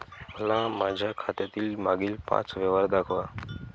मला माझ्या खात्यातील मागील पांच व्यवहार दाखवा